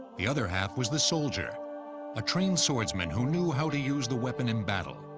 the other half was the soldier a trained swordsman who knew how to use the weapon in battle.